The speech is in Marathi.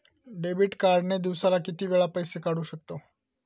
डेबिट कार्ड ने दिवसाला किती वेळा पैसे काढू शकतव?